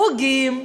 חוגים,